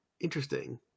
Interesting